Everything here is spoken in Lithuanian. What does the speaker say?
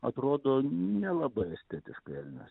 atrodo nelabai estetiškai elnias